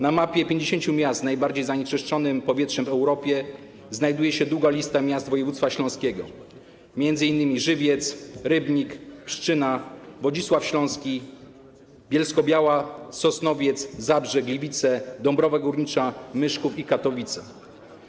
Na mapie 50 miast z najbardziej zanieczyszczonym powietrzem w Europie znajduje się długa lista miast województwa śląskiego, m.in. Żywiec, Rybnik, Pszczyna, Wodzisław Śląski, Bielsko-Biała, Sosnowiec, Zabrze, Gliwice, Dąbrowa Górnicza, Myszków i Katowice.